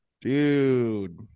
dude